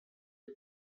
کرد